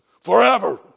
forever